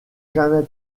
jamais